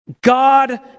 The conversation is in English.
God